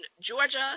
Georgia